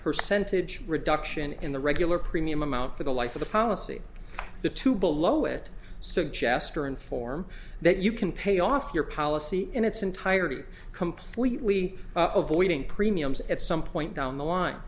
percentage reduction in the regular premium amount for the life of the policy the two below it so chester inform that you can pay off your policy in its entirety completely avoiding premiums at some point down the line